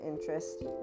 interest